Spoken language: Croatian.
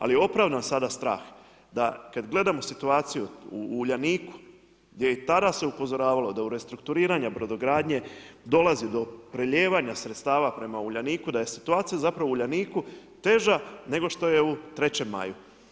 Ali opravdan sada strah da kad gledamo situaciju u uljaniku gdje i tada se upozoravalo da u restrukturiranja brodogradnje dolazi do prelijevanja sredstava prema Uljaniku, da je situacija zapravo u Uljaniku teža nego što je u 3. Maju.